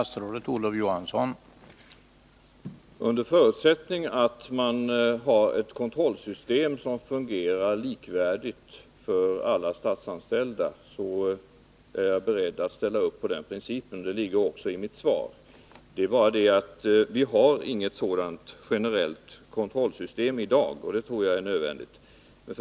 Herr talman! Under förutsättning att man har ett kontrollsystem som fungerar likvärdigt för alla statsanställda är jag beredd att ställa upp bakom den principen, vilket också ligger i mitt svar. Det är bara det att vi inte har något generellt kontrollsystem i dag, och ett sådant tror jag är nödvändigt.